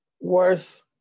worth